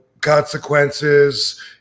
consequences